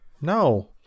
No